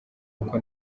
uko